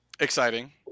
Exciting